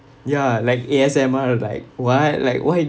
ya like A_S_M_R like what like why